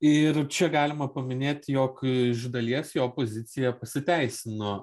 ir čia galima paminėti jog iš dalies jo pozicija pasiteisino